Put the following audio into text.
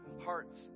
hearts